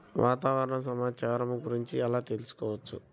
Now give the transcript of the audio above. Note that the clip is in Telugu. వాతావరణ సమాచారము గురించి ఎలా తెలుకుసుకోవచ్చు?